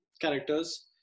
characters